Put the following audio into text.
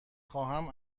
خواهم